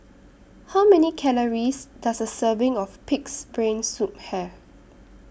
How Many Calories Does A Serving of Pig'S Brain Soup Have